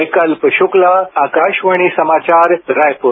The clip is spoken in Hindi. विकल्प शुक्ला आकाशवाणी समाचार रायपुर